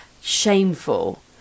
shameful